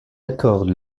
accorde